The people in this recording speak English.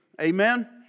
Amen